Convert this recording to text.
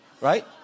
right